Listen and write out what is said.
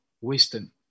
wisdom